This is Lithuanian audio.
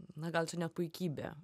na gal čia ne puikybė